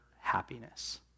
happiness